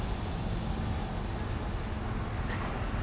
why you so supportive make me feel so bad